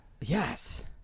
Yes